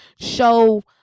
show